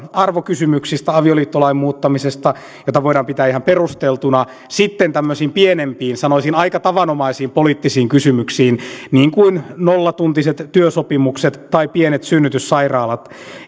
arvokysymyksistä avioliittolain muuttamisesta jota voidaan pitää ihan perusteltuna sitten tämmöisiin pienempiin sanoisin aika tavanomaisiin poliittisiin kysymyksiin liittyviä niin kuin nollatuntisiin työsopimuksiin tai pieniin synnytyssairaaloihin